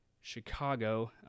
Chicago